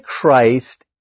Christ